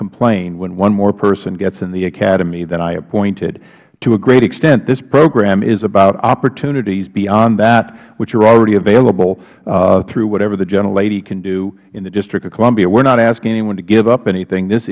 complain when one more person gets in the academy than i appointed to a great extent this program is about opportunities beyond that which are already available through whatever the gentlelady can do in the district of columbia we are not asking anyone to give up anything this